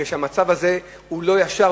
כי המצב הזה הוא לא ישר,